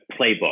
playbook